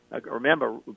Remember